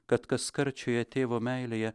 kad kaskart šioje tėvo meilėje